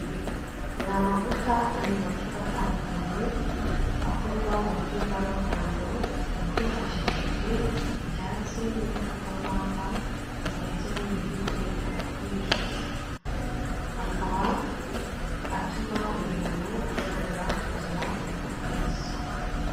Ni amavuta ari mu macupa atandukanye, akorwa mu buryo bwa gakondo, hifashishije ibyatsi nk'ibikakarubamba ndetse n'ibi biri kwerekana kuri iyi shusho, akaba atuma umuntu ashobora kugira uruhu rwiza.